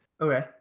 Okay